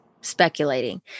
speculating